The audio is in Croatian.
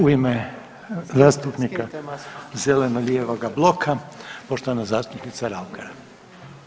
U ime zastupnika zeleno-lijevoga bloka, poštovana zastupnica Raukar.